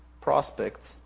prospects